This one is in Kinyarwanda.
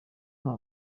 nta